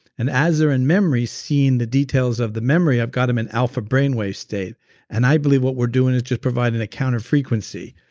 and as they're in memory seeing the details of the memory i've got them in alpha brainwave state and i believe what we're doing is just providing a counter frequency.